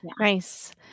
Nice